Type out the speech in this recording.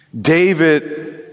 David